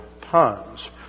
puns